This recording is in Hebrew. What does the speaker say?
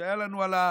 כשהיה לנו דיון,